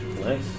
Nice